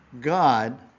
God